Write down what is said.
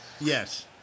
Yes